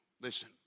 Listen